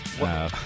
Wow